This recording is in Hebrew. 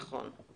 נכון,